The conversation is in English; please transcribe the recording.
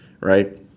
right